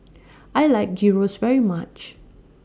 I like Gyros very much